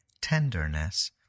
tenderness